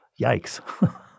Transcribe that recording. Yikes